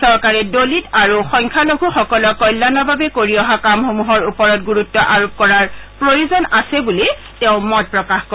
চৰকাৰে দলিত আৰু সংখ্যালঘুসকলৰ কল্যাণৰ বাবে কৰি অহা কামসমূহৰ ওপৰত গুৰুত্ব আৰোপ কৰাৰ প্ৰয়োজন বুলি তেওঁ মত প্ৰকাশ কৰে